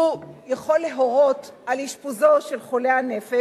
יכול להורות על אשפוזו של חולה הנפש,